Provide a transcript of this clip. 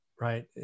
Right